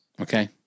Okay